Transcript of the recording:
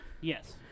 Yes